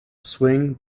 swing